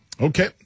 Okay